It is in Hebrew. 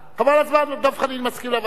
חבל על הזמן, דב חנין מסכים לוועדה.